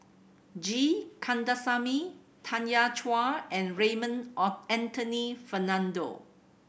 G Kandasamy Tanya Chua and Raymond or Anthony Fernando